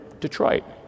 Detroit